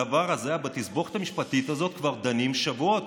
בתסבוכת המשפטית הזאת כבר דנים שבועות,